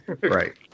Right